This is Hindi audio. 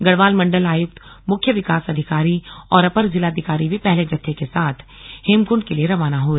गढ़वाल मण्डल आयुक्त मुख्य विकास अधिकारी और अपर जिलाधिकारी भी पहले जत्थे के साथ हेमकुण्ड के लिए रवाना हुए